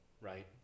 right